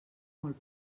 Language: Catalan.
molt